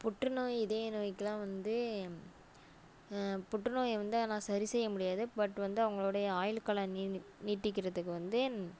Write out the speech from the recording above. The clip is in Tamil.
புற்றுநோய் இதய நோய்க்கலாம் வந்து புற்றுநோயை வந்து ஆனால் சரிசெய்ய முடியாது பட் வந்து அவங்களுடைய ஆயுட்காலம் நீநீ நீட்டிக்கிறதுக்கு வந்து